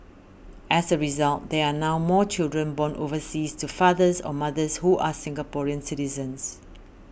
as a result there are now more children born overseas to fathers or mothers who are Singaporean citizens